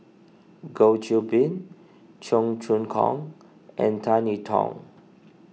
Goh Qiu Bin Cheong Choong Kong and Tan I Tong